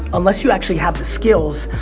unless you actually have the skills,